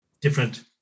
different